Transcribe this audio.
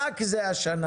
רק זה השנה,